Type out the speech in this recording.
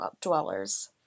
dwellers